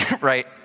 right